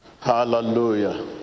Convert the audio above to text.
Hallelujah